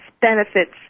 benefits